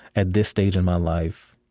at this stage in my life,